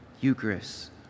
Eucharist